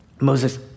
Moses